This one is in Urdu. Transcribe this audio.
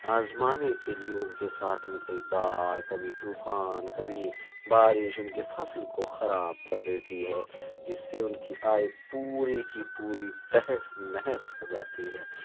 آزمانے کے لیے ان کے ساتھ میں کبھی باڑھ کبھی طوفان کبھی بارش ان کی فصل کو خراب کر دیتی ہے جس سے ان کی آئے پوری کی پوری تہس نہس ہو جاتی ہے